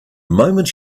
moment